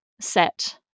set